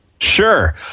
Sure